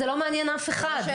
זה לא מעניין אף אחד.